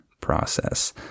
process